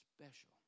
Special